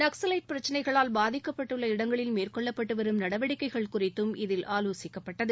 நக்சலைட் பிரச்சினைகளால் பாதிக்கப்பட்ட இடங்களில் மேற்கொள்ளப்பட்டு வரும் நடவடிக்கைகள் குறித்தும் இதில் ஆலோசிக்கப்பட்டது